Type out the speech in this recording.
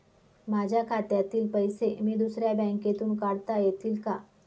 माझ्या खात्यातील पैसे मी दुसऱ्या बँकेतून काढता येतील का?